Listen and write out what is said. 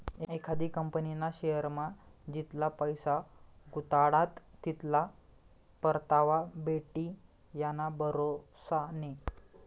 एखादी कंपनीना शेअरमा जितला पैसा गुताडात तितला परतावा भेटी याना भरोसा नै